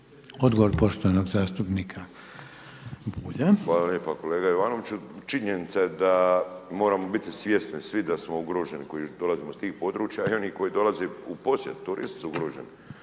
Odgovor poštovanog zastupnika